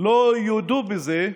לא יודו בזה,